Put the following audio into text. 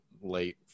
late